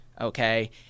okay